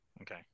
Okay